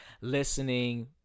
listening